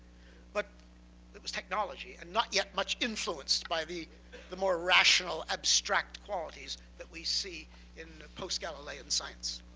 but it was technology, and not yet much influenced by the the more rational abstract qualities that we see in post-galilean science.